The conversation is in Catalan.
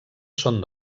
són